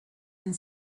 and